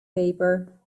paper